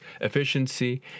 efficiency